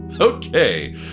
Okay